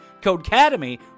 codecademy